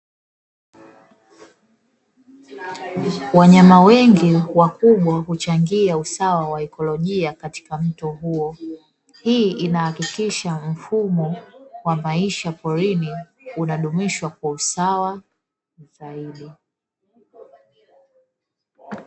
Wanyama wengi wakubwa huchangia usawa wa ekolojia katika mto huu, hii inahakikisha mfumo wa maisha porini unadumishwa kwa usawa zaidi.